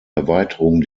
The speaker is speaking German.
erweiterung